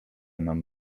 nam